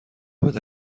بده